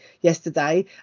yesterday